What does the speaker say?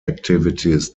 activities